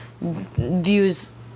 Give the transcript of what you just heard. views